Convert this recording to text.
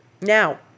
Now